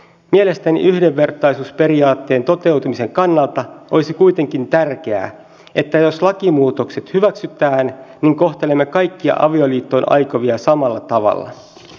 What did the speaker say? mielestäni yhdenvertaisuusperiaatteen toteutumisen kannalta olisi kuitenkin tärkeää että jos lakimuutokset hyväksytään niin kohtelemme kaikkia avioliittoon aikovia samalla tavalla